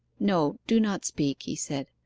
no do not speak he said.